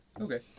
okay